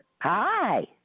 Hi